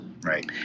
Right